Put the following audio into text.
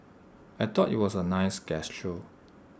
I thought IT was A nice gesture